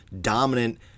dominant